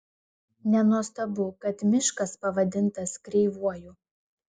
nenuostabu kad miškas pavadintas kreivuoju